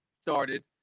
started